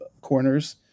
corners